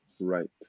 Right